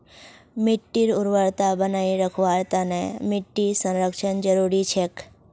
मिट्टीर उर्वरता बनई रखवार तना मृदा संरक्षण जरुरी छेक